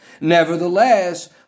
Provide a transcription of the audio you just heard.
nevertheless